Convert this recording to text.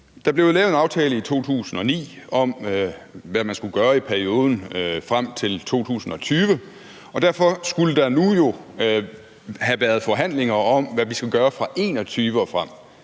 Der blev lavet en aftale i 2009 om, hvad man skulle gøre i perioden frem til 2020, og derfor skulle der nu have været forhandlinger om, hvad vi skal gøre fra 2021 og frem.